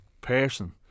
person